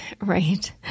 Right